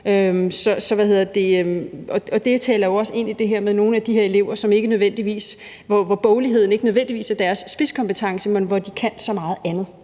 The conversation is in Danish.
her med nogle af de her elever, hvor boglighed ikke nødvendigvis er deres spidskompetence, men hvor de kan så meget andet.